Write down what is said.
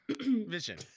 vision